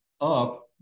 up